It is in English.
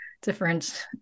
different